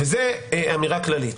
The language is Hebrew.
וזאת אמירה כללית